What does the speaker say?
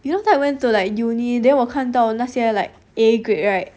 you know that time I went to like uni then 我看到那些 like A grade right